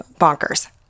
bonkers